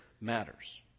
matters